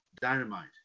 dynamite